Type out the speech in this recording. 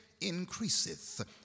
increaseth